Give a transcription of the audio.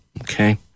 Okay